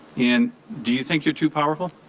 and do you think you're too powerful?